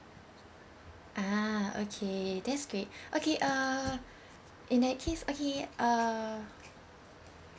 ah okay that's great okay uh in that case okay uh